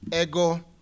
ego